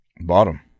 bottom